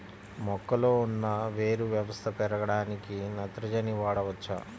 మొక్కలో ఉన్న వేరు వ్యవస్థ పెరగడానికి నత్రజని వాడవచ్చా?